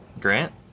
Grant